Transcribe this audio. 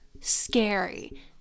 Scary